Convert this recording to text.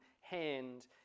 hand